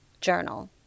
journal